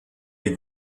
les